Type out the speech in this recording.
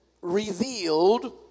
revealed